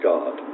God